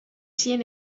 zien